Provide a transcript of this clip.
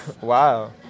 wow